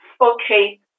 Okay